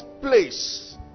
place